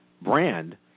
brand